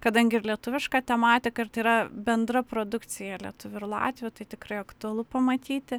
kadangi ir lietuviška tematika ir tai yra bendra produkcija lietuvių ir latvių tai tikrai aktualu pamatyti